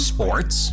Sports